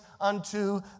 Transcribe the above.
unto